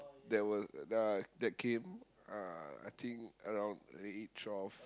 that were uh that came uh I think around the age of